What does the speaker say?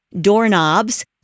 doorknobs